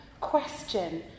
question